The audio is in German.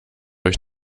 euch